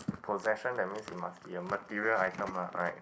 possession that means it must be a material item lah right